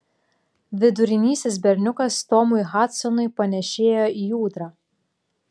vidurinysis berniukas tomui hadsonui panėšėjo į ūdrą